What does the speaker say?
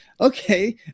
okay